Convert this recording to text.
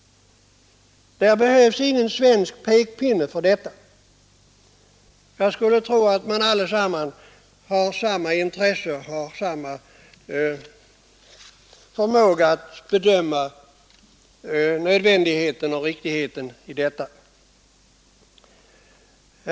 Det behövs ingen svensk pekpinne härför, utan jag tror att alla har samma intresse och samma förmåga att bedöma nödvändigheten och riktigheten av en sådan konferens.